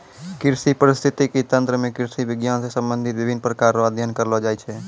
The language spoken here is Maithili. कृषि परिस्थितिकी तंत्र मे कृषि विज्ञान से संबंधित विभिन्न प्रकार रो अध्ययन करलो जाय छै